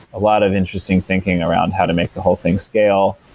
a lot of interesting thinking around how to make the whole thing scale.